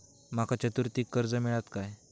माका चतुर्थीक कर्ज मेळात काय?